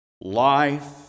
life